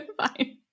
Fine